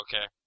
Okay